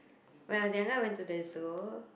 when I was younger went to the zoo